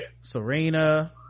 serena